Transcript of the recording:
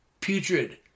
putrid